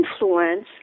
influence